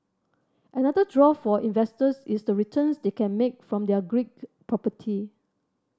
another draw for investors is the returns they can make from their Greek property